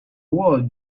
words